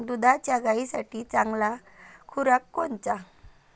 दुधाच्या गायीसाठी चांगला खुराक कोनचा?